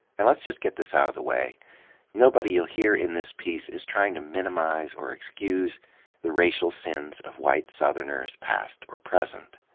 and let's just get this out of the way nobody you'll hear in this piece is trying to minimize or excuse the racial sins of white southerners, past or present.